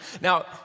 Now